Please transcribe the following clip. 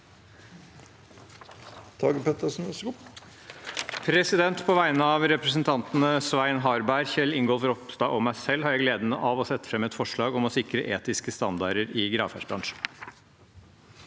På vegne av repre- sentantene Svein Harberg, Kjell Ingolf Ropstad og meg selv har jeg gleden av å sette fram et forslag om å sikre etiske standarder i gravferdsbransjen.